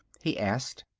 he asked.